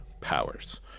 powers